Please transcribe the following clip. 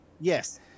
Yes